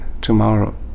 tomorrow